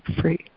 free